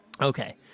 Okay